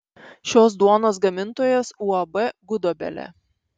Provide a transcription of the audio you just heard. šios duonos gamintojas uab gudobelė